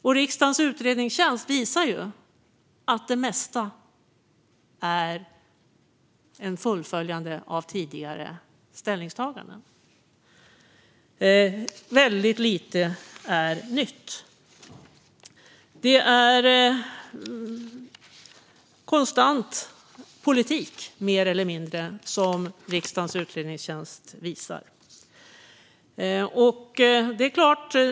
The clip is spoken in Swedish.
Jämförelsen visar att det mesta är ett fullföljande av tidigare ställningstaganden; väldigt lite är nytt. Riksdagens utredningstjänst visar på att det är mer eller mindre konstant politik.